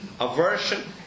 Aversion